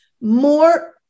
more